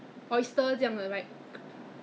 我也不懂怎么样啦总之